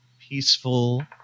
peaceful